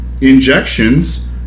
injections